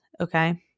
Okay